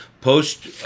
Post